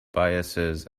biases